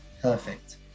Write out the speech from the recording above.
Perfect